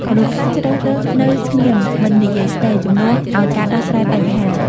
មនុស្សខ្លះជ្រើសរើសនៅស្ងៀមមិននិយាយស្ដី ជំនួយឱ្យការដោះស្រាយបញ្ហា។